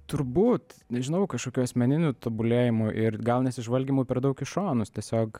turbūt nežinau kažkokiu asmeniniu tobulėjimu ir gal nesižvalgymu per daug į šonus tiesiog